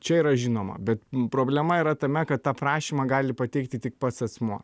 čia yra žinoma bet problema yra tame kad tą prašymą gali pateikti tik pats asmuo